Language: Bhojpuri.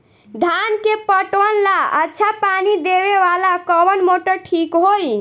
धान के पटवन ला अच्छा पानी देवे वाला कवन मोटर ठीक होई?